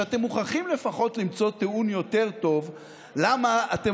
שאתם מוכרחים לפחות למצוא טיעון יותר טוב ללמה אתם